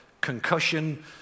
concussion